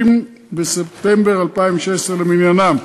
30 בספטמבר 2016 למניינם.